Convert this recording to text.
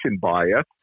bias